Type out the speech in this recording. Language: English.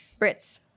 Brits